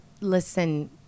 listen